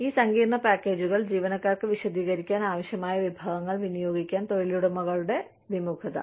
ഈ സങ്കീർണ്ണ പാക്കേജുകൾ ജീവനക്കാർക്ക് വിശദീകരിക്കാൻ ആവശ്യമായ വിഭവങ്ങൾ വിനിയോഗിക്കാൻ തൊഴിലുടമകളുടെ വിമുഖത